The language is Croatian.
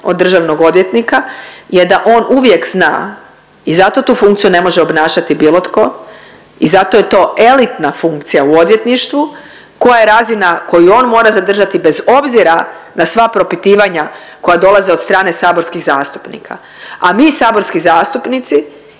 od državnog odvjetnika je da on uvijek zna i zato tu funkciju ne može obnašati bilo tko i zato je to elitna funkcija u odvjetništvu koja je razina koju on mora zadržati bez obzira na sva propitivanja koja dolaze od strane saborskih zastupnika. A mi saborski zastupnici